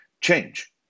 Change